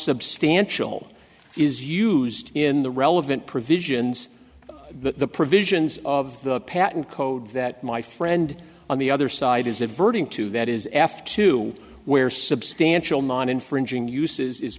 substantial is used in the relevant provisions the provisions of the patent code that my friend on the other side is averting to that is f two where substantial non infringing uses